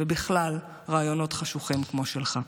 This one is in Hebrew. ובכלל רעיונות חשוכים כמו שלך.